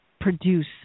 produce